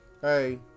Hey